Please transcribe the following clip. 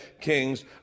kings